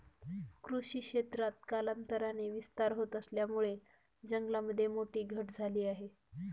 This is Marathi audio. कृषी क्षेत्रात कालांतराने विस्तार होत असल्यामुळे जंगलामध्ये मोठी घट झाली आहे